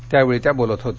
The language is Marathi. त्यावेळी त्या बोलत होत्या